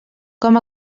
com